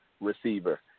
receiver